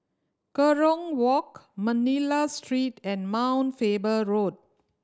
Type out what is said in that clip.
Kerong Walk Manila Street and Mount Faber Road